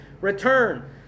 return